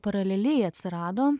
paraleliai atsirado